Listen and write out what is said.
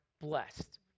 blessed